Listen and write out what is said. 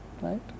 Right